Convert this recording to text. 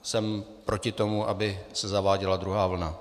Jsem proti tomu, aby se zaváděla druhá vlna.